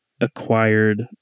acquired